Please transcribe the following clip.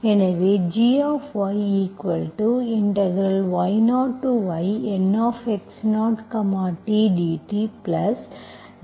எனவே gyy0yNx0t dtgy0